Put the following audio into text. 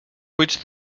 buits